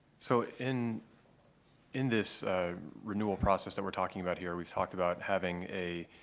so in in this renewal process that we're talking about here, we've talked about having a